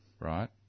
right